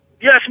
Yes